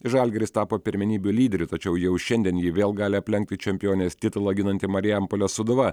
žalgiris tapo pirmenybių lyderiu tačiau jau šiandien jį vėl gali aplenkti čempionės titulą ginanti marijampolės sūduva